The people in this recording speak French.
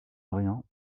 orient